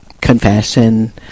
confession